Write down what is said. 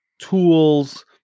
tools